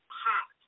hot